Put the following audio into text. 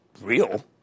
real